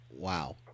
Wow